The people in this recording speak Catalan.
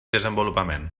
desenvolupament